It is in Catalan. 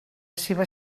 seva